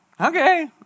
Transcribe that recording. okay